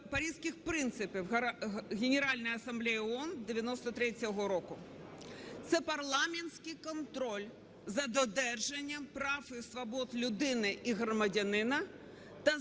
Паризьких принципів Генеральної Асамблеї ООН 93-го року. Це парламентський контроль за додержанням прав і свобод людини і громадянина